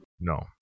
No